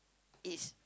it's